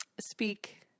Speak